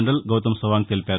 general Gautam Sawang తెలిపారు